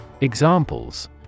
Examples